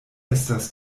estas